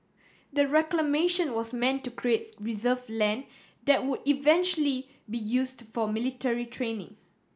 the reclamation was meant to create reserve land that would eventually be used for military training